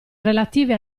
relative